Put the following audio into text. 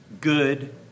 good